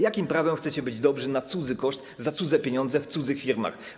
Jakim prawem chcecie być dobrzy na cudzy koszt, za cudze pieniądze, w cudzych firmach?